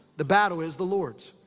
the battle is the lord's.